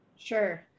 Sure